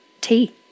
tea